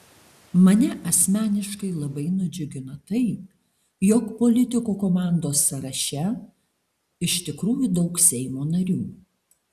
mane asmeniškai labai nudžiugino tai jog politikų komandos sąraše iš tikrųjų daug seimo narių